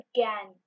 Again